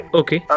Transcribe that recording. okay